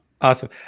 Awesome